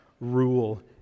rule